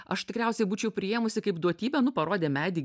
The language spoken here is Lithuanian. aš tikriausiai būčiau priėmusi kaip duotybę nu parodė medį